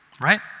right